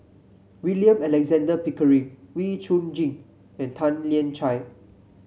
William Alexander Pickering Wee Chong Jin and Tan Lian Chye